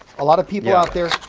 a lot of people out there,